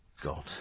God